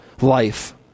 life